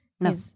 No